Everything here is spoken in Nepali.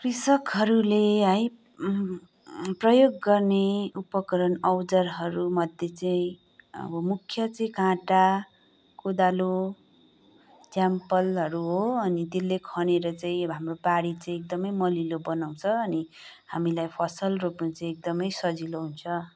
कृषकहरूले है प्रयोग गर्ने उपकरण औजारहरूमध्ये चाहिँ मुख्य चाहिँ काँटा कोदालो झ्याम्प्वालहरू हो अनि त्यसले खनेर चाहिँ हाम्रो बारी चाहिँ एकदमै मलिलो बनाउँछ अनि हामीलाई फसल रोप्नु चाहिँ एकदमै सजिलो हुन्छ